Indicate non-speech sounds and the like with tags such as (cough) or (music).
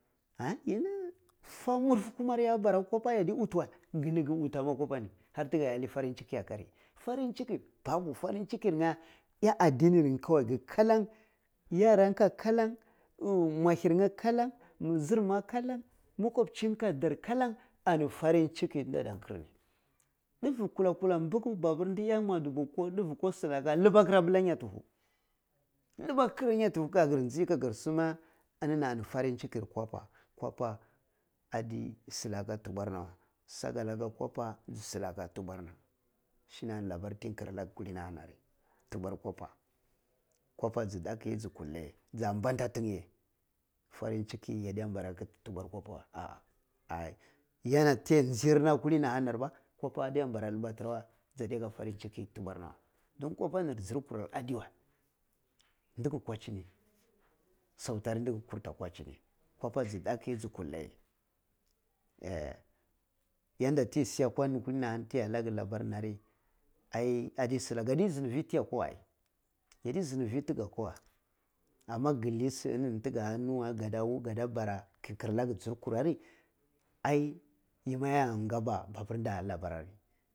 (hesitation) fa murfe kumara kwappa yaddi buttai we gini gi butai ma kwappa ni tiga ija lai farin ciki ni, farin ciki ni babu farin cikin nye iye adini ye kowai ki kallan yaran ko kallan mwahir nye kallan zirma kallan, moke bchin ka dar kallan ani farin ciki dida ra kiri ndufe kula kula mbigu bapir di iya mwa dubu ko ndife ko shi llaga libakir abla nyafu libba kir abilla nyat ka gir yi agir sima enieni ani farin chikin kwappa, kwappa addi silah tubwar na weh sagalaka ji silaka tubwar na shine ani labar fi kira la ga kullini ahani tubwar kwappa kwappa ji daku ye ji kulda ye jab anta tin ye ye farin cikin yadde barra kitti dubwar kwappa wey ahah yana ti ya chir na kullini ahani ba kwappa ade mbara dilba lai farin ciki tubwar neh nleh dun kwappa nir jir gur ar addi weh ndikki kwa jinni souti ari di ku ku da kwajini kwappa ji ndaku ye ji kul da je (hesitation) yanda ti siyi kwani taya la ka labar nari ai addi sindi fi ti ya kura we ai yaddi sindi vi ti gakwa vtey ai ana ma gi lai si innini ti ga nuwe kadda bara ke kira laga tsirkur ah ri ai yima ya ka ba mabir da labar ah ri.